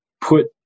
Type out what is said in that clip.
put